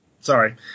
Sorry